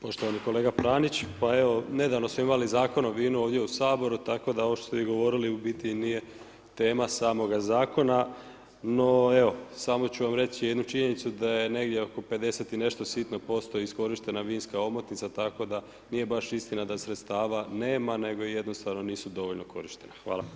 Poštovani kolega Pranić, pa evo, nedavno smo imali Zakon o vinu ovdje u Saboru, tako da ovo što ste vi govorili u biti nije tema samoga Zakona, no evo, samo ću vam reći jednu činjenicu da je negdje oko 50 i nešto sitno posto iskorištena vinska omotnica, tako da nije baš istina da sredstva nema, nego jednostavno nisu dovoljno korištena, hvala.